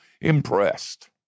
impressed